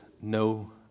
no